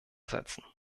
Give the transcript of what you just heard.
setzen